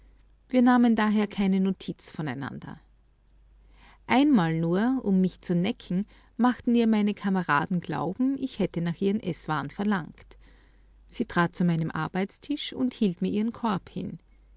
wir nahmen daher keine notiz voneinander einmal nur um mich zu necken machten ihr meine kameraden glauben ich hätte nach ihren eßwaren verlangt sie trat zu meinem arbeitstisch und hielt mir ihren korb hin